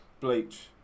Bleach